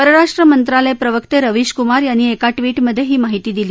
परराष्ट्र मंत्रालय प्रवक्ते रवीशकमार यांनी एका ट्विटमध्ये ही माहिती दिली